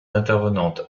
intervenante